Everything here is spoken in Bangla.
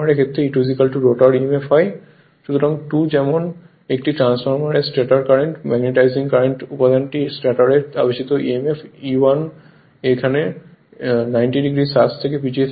সুতরাং 2 নম্বর যেমন একটি ট্রান্সফরমারে স্টেটর কারেন্টের ম্যাগনেটাইজিং কারেন্ট উপাদানটি স্টেটর এ আবেশিত emf E1 এখানে 90o সাস থেকে পিছিয়ে যায়